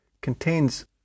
contains